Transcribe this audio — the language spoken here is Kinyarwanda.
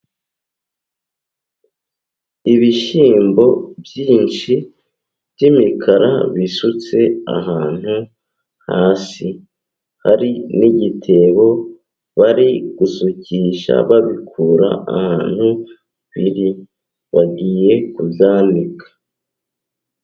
Ibishyimbo byinshi by'imikara bisutse ahantu hasi, hari n'igitebo bari gusukisha babikura ahantu biri, bagiye kubyanika.